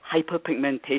hyperpigmentation